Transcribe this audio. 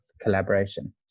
collaboration